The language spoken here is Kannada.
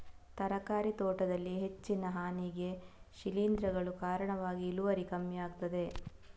ತರಕಾರಿ ತೋಟದಲ್ಲಿ ಹೆಚ್ಚಿನ ಹಾನಿಗೆ ಶಿಲೀಂಧ್ರಗಳು ಕಾರಣವಾಗಿ ಇಳುವರಿ ಕಮ್ಮಿ ಆಗ್ತದೆ